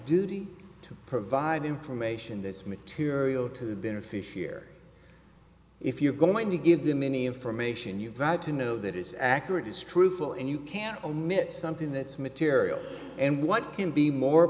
duty to provide information this material to the beneficiary if you're going to give them any information you've got to know that it's accurate is truthful and you can omit something that's material and what can be more